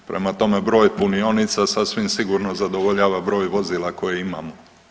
Prema tome, broj punionica sasvim sigurno zadovoljava broj vozila koje imamo.